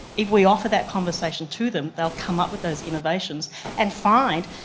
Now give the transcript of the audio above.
if we offer that conversation to them they will come up with those innovations and find,